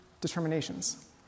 determinations